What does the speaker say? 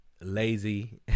lazy